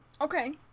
Okay